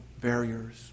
barriers